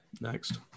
next